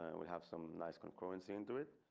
and we have some nice concurrency into it.